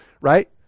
right